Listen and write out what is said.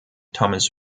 thomas